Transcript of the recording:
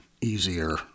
easier